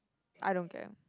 I don't care